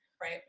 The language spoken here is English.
right